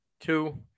two